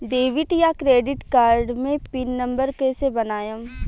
Debit या credit card मे pin number कैसे बनाएम?